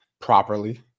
properly